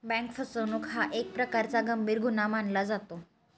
bank फसवणूक हा एक प्रकारचा गंभीर गुन्हा मानला जातो